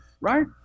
right